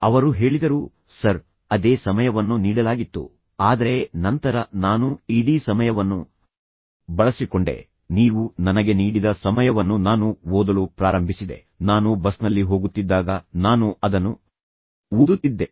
ಅವರು ಹೇಳಿದರು ಸರ್ ಅದೇ ಸಮಯವನ್ನು ನೀಡಲಾಗಿತ್ತು ಆದರೆ ನಂತರ ನಾನು ಇಡೀ ಸಮಯವನ್ನು ಬಳಸಿಕೊಂಡೆ ನೀವು ನನಗೆ ನೀಡಿದ ಸಮಯವನ್ನು ನಾನು ಓದಲು ಪ್ರಾರಂಭಿಸಿದೆ ನಾನು ಬಸ್ನಲ್ಲಿ ಹೋಗುತ್ತಿದ್ದಾಗ ನಾನು ಅದನ್ನು ಓದುತ್ತಿದ್ದೆ